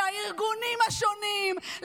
לארגונים השונים,